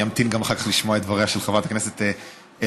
אמתין אחר כך לשמוע את דבריה של חברת הכנסת אלהרר.